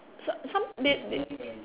some some they they